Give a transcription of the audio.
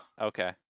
Okay